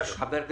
בסדר.